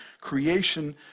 creation